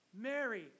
Mary